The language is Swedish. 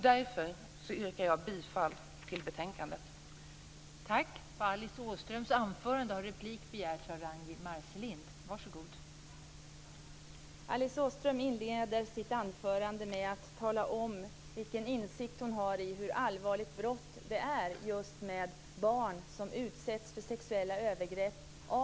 Därför yrkar jag bifall till hemställan i betänkandet.